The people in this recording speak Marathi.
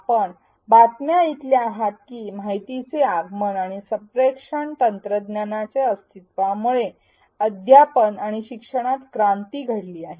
आपण बातम्या ऐकल्या आहेत की माहितीचे आगमन आणि संप्रेषण तंत्रज्ञानाच्या अस्तित्वामुळे अध्यापन आणि शिक्षणात क्रांती घडली आहे